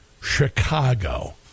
Chicago